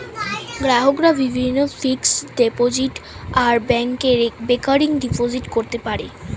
গ্রাহকরা বিভিন্ন fixed deposit আর ব্যাংকে রেকারিং ডিপোজিট করতে পারে